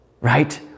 Right